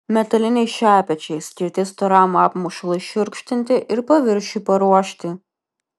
metaliniai šepečiai skirti storam apmušalui šiurkštinti ir paviršiui paruošti